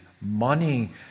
Money